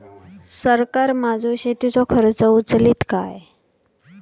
सरकार माझो शेतीचो खर्च उचलीत काय?